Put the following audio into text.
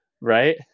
Right